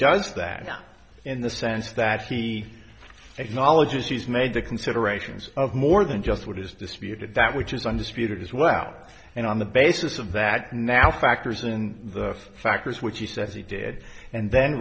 does that in the sense that he acknowledges he's made the considerations of more than just what is disputed that which is undisputed as well and on the basis of that now factors in the factors which he said he did and then